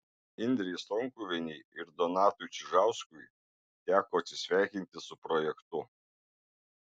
indrei stonkuvienei ir donatui čižauskui teko atsisveikinti su projektu